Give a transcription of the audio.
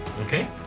Okay